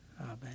amen